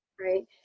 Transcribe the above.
Right